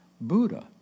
Buddha